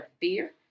fear